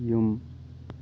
ꯌꯨꯝ